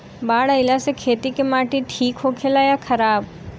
बाढ़ अईला से खेत के माटी ठीक होला या खराब?